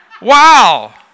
wow